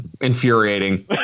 infuriating